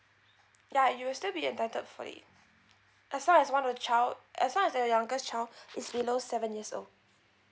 ya you'll still be entitled for it as long as one of your child as long as your youngest child is below seven years old